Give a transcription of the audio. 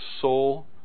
soul